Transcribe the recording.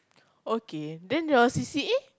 okay then your C_C_A